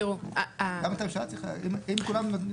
גם את הממשלה צריך להגביל.